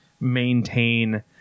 maintain